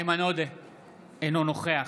אינו נוכח